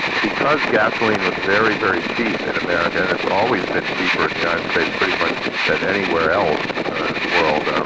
because gasoline was very, very cheap in america, and it's always been cheaper in the united states pretty much than anywhere else in the world, um